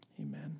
Amen